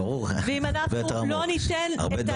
אם אנחנו לא ניתן את היכולת --- ברור.